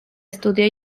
estudio